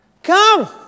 Come